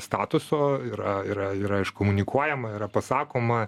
statuso yra yra yra iškomunikuojama yra pasakoma